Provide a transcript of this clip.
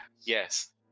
yes